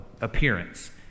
appearance